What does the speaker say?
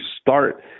start